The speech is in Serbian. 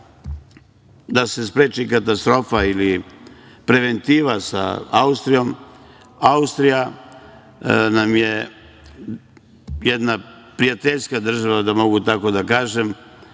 da se spreči katastrofa ili preventiva sa Austrijom, Austrija nam je jedna prijateljska država, ne možemo da tražimo